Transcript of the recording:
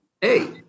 Hey